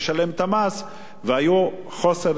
והיה חוסר סדרים שונים,